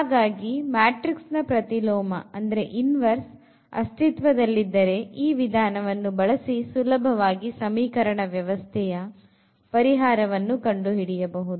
ಹಾಗಾಗಿ ಮ್ಯಾಟ್ರಿಕ್ಸ್ ನ ಪ್ರತಿಲೋಮ ಅಸ್ತಿತ್ವದಲ್ಲಿದ್ದರೆ ಈ ವಿಧಾನವನ್ನು ಬಳಸಿ ಸುಲಭವಾಗಿ ಸಮೀಕರಣ ವ್ಯವಸ್ಥೆಯ ಪರಿಹಾರವನ್ನು ಕಂಡು ಹಿಡಿಯಬಹುದು